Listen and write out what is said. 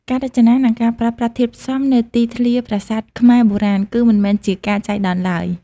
ការរចនា និងការប្រើប្រាស់ធាតុផ្សំនៅទីធ្លាប្រាសាទខ្មែរបុរាណ គឺមិនមែនជាការចៃដន្យឡើយ។